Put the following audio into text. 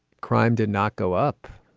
crime did not go up.